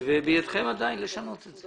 בידכם עדיין לשנות את זה.